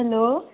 hello